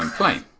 um play.